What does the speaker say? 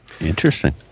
Interesting